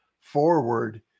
forward